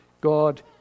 God